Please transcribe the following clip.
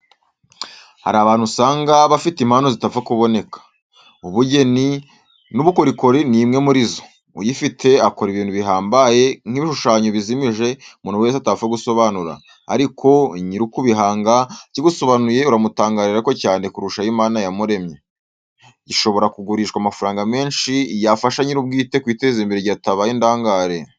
Hari abantu usanga bihariye, bafite impano zidapfa kuboneka. Ubugeni n'ubukorikori ni imwe muri izo, uyifite akora ibintu bihambaye nk'ibishushanyo bizimije umuntu wese atapfa gusobanura, ariko iyo nyir'ukugihanga akigusobanuriye uramutangarira ariko cyane kurushaho Imana yamuremye. Gishobora kugurishwa amafaranga menshi yafasha nyir'ubwite kwiteza imbere atabaye indangare.